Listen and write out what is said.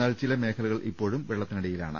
എന്നാൽ ചില മേഖലകൾ ഇപ്പോഴും വെള്ളത്തിനടി യിലാണ്